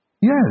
Yes